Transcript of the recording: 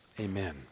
amen